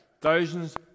thousands